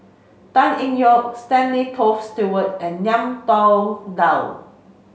Tan Eng Yoon Stanley Toft Stewart and Ngiam Tong Dow